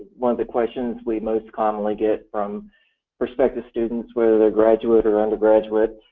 one of the questions we must commonly get from perspective students whether they are graduate or undergraduate.